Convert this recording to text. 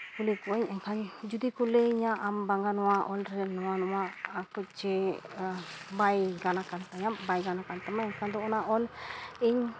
ᱠᱩᱞᱤ ᱠᱚᱣᱟᱹᱧ ᱮᱱᱠᱷᱟᱱ ᱡᱩᱫᱤ ᱠᱚ ᱞᱟᱹᱭᱟᱹᱧᱟᱹ ᱟᱢ ᱵᱟᱝᱟ ᱱᱚᱣᱟ ᱚᱞ ᱨᱮ ᱱᱚᱣᱟ ᱱᱚᱣᱟ ᱠᱚ ᱪᱮ ᱵᱟᱭ ᱜᱟᱱᱟᱠᱟᱱ ᱛᱟᱢᱟ ᱵᱟᱭ ᱜᱟᱱᱟᱠᱟᱱ ᱛᱟᱢᱟ ᱮᱱᱠᱷᱟᱱ ᱚᱱᱟ ᱚᱞ ᱤᱧ